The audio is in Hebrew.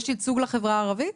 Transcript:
האם יש ייצוג לחברה הערבית?